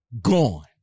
gone